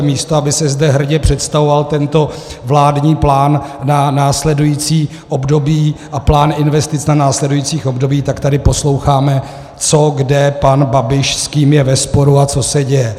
Místo aby se zde hrdě představoval tento vládní plán na následující období a plán investic na následující období, tak tady posloucháme co kde pan Babiš, s kým je ve sporu a co se děje.